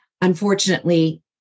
unfortunately